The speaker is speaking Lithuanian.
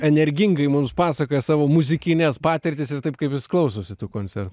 energingai mums pasakoja savo muzikines patirtis ir taip kaip jis klausosi tų koncertų